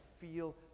feel